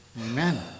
Amen